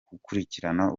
gukurikirana